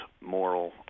moral